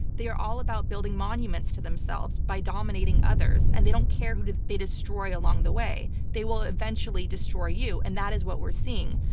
they are all about building monuments to themselves by dominating others, and they don't care who they destroy along the way. they will eventually destroy you, and that is what we're seeing.